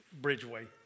Bridgeway